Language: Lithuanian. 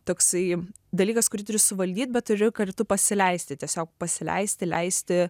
toksai dalykas kurį turi suvaldyt bet turi kartu pasileisti tiesiog pasileisti leisti